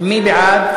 מי בעד?